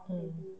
mm